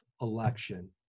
election